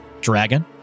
dragon